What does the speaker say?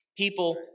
people